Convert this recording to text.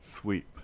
sweep